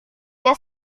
dia